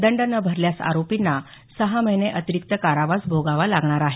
दंड न भरल्यास आरोपींना सहा महिने अतिरिक्त कारावास भोगावा लागणार आहे